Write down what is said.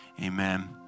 Amen